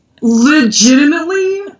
legitimately